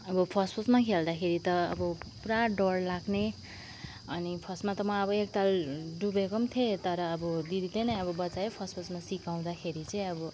अब फर्स्ट फर्स्टमा खेल्दाखेरि त अब पुरा डर लाग्ने अनि फर्स्टमा त म अब एकताल डुबेको पनि थिएँ तर अब दिदीले नै अब बचायो फर्स्ट फर्स्टमा सिकाउँदाखेरि चाहिँ अब